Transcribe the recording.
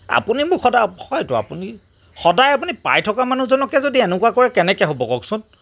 আপুনি মোক সদায় হয়তো আপুনি সদায় আপুনি পাই থকা মানুহজনকে যদি এনেকুৱা কৰে কেনেকে হ'ব কওকচোন